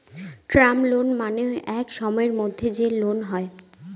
term loan মানে এক সময়ের মধ্যে যে লোন হয়